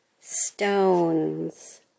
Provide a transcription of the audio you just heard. Stones